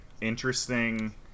interesting